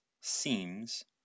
seems